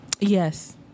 Yes